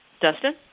Dustin